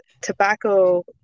tobacco